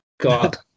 God